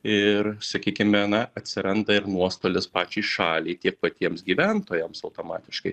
ir sakykime na atsiranda ir nuostolis pačiai šaliai tiek patiems gyventojams automatiškai